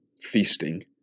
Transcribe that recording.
feasting